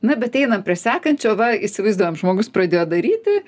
na bet einam prie sekančio va įsivaizduojam žmogus pradėjo daryti